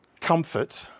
comfort